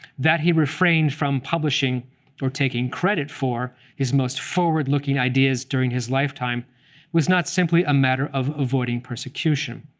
that he refrained from publishing or taking credit for his most forward-looking ideas during his lifetime was not simply a matter of avoiding persecution.